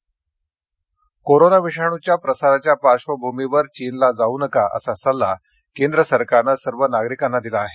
corona corona विषाणूच्या प्रसाराच्या पार्श्वभूमीवर चीनला जाऊ नका असा सल्ला केंद्र सरकारनं सर्व नागरिकांना दिला आहे